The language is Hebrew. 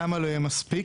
למה לא יהיה מספיק?